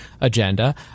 agenda